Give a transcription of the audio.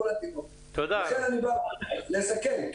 לכן, אני בא לסכם.